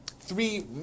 three